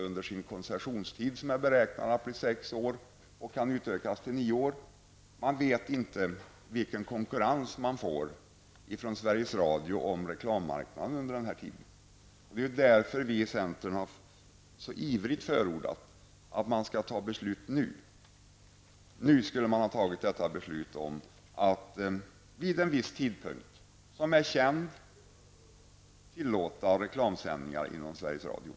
Under den koncessionstid som är beräknad att bli sex år och kan utökas till nio år vet man inte vilken konkurrens om reklammarknaden som man får från Sveriges Radio. Det är av den anledningen vi i centern så ivrigt har förordat att beslut skall fattas nu. Beslut borde nu fattas om att vid en viss känd tidpunkt tillåta reklamsändningar inom Sveriges Radio.